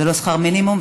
זה לא שכר מינימום,